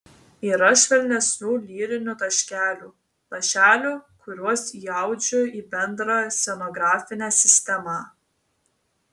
yra švelnesnių lyrinių taškelių lašelių kuriuos įaudžiu į bendrą scenografinę sistemą